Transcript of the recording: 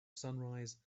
sunrise